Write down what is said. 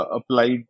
applied